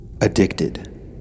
addicted